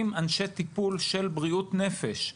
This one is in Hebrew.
עם אנשי טיפול של בריאות נפש,